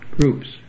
groups